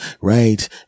right